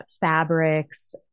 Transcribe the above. fabrics